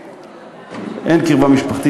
אין קרבה משפחתית?